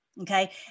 Okay